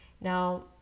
Now